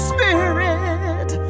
Spirit